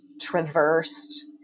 traversed